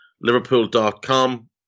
Liverpool.com